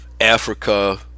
Africa